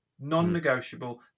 Non-negotiable